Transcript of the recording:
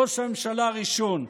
ראש הממשלה הראשון.